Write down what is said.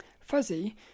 fuzzy